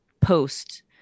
post